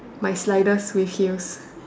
my sliders with heels